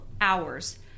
hours